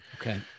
Okay